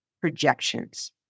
projections